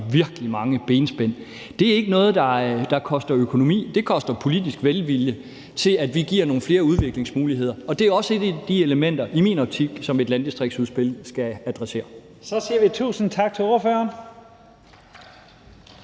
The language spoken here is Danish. virkelig mange benspænd. Det er ikke noget, der koster økonomi; det koster politisk velvilje, i forhold til at vi giver nogle flere udviklingsmuligheder. Og det er også et af de elementer, som et landdistriktsudspil i min optik skal adressere.